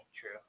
true